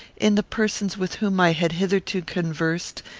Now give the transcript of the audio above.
in the persons with whom i had hitherto conversed,